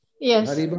Yes